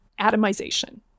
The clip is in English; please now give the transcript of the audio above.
atomization